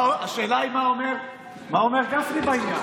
השאלה היא מה אומר גפני בעניין.